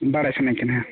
ᱵᱟᱲᱟᱭ ᱥᱟ ᱱᱟ ᱧ ᱠᱟᱱᱟ ᱦᱮᱸ